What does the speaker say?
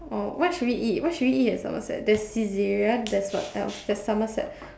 or what should we eat what should we eat at Somerset there's Saizeriya there's what else at Somerset what else should we eat